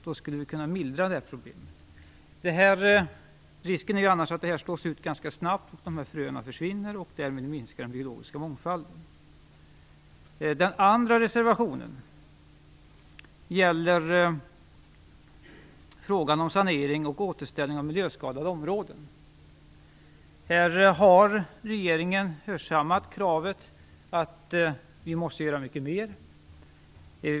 Då skulle vi kunna mildra detta problem. Risken är annars att företagen slås ut ganska snabbt och att fröerna försvinner. Därmed minskar den biologiska mångfalden. Den andra reservationen gäller frågan om sanering och återställning av miljöskadade områden. Här har regeringen hörsammat kravet att vi måste göra mycket mer.